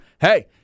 hey